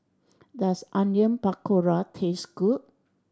does Onion Pakora taste good